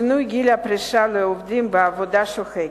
שינוי גיל הפרישה לעובדים בעבודה שוחקת),